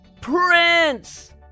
Prince